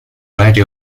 variety